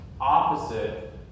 opposite